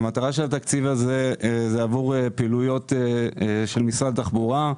המטרה של התקציב הזה היא עבור פעילויות של משרד התחבורה.